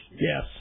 Yes